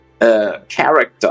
character